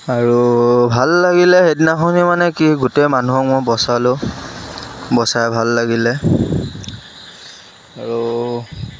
আৰু ভাল লাগিলে সেইদিনাখন মানে কি গোটেই মানুহক মই বচালোঁ বচাই ভাল লাগিলে আৰু